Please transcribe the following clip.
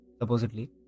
supposedly